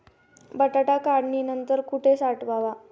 बटाटा काढणी नंतर कुठे साठवावा?